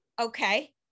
okay